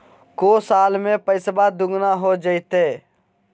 को साल में पैसबा दुगना हो जयते?